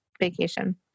vacation